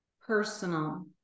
personal